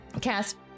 cast